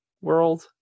world